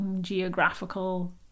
geographical